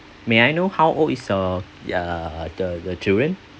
may I know how old is uh ya the the children